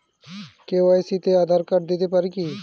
KYC তে Aadhaar card দিতে পারি কি?